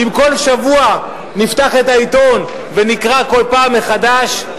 אם כל שבוע נפתח את העיתון ונקרא כל פעם מחדש,